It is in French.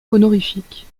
honorifique